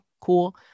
cool